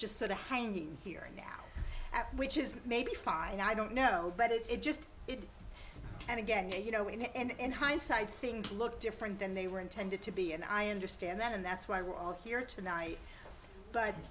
just sort of hanging here now which is maybe fine i don't know but it just it and again you know and hindsight things look different than they were intended to be and i understand that and that's why we're all here tonight